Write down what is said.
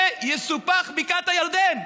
ותסופח בקעת הירדן.